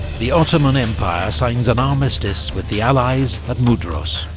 the ottoman empire signs an armistice with the allies at mudros.